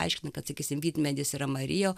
aiškina kad sakysim vynmedis yra marija